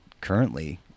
currently